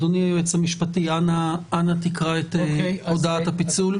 אדוני היועץ המשפטי, אנא תקרא את הודעת הפיצול.